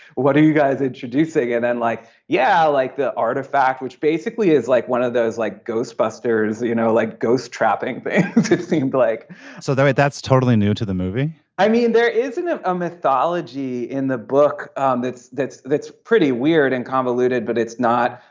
what are you guys introducing. and then like yeah like the artifact which basically is like one of those like ghostbusters that you know like ghost trapping it seemed like so that's totally new to the movie i mean there isn't a ah mythology in the book um that's that's that's pretty weird and convoluted but it's not.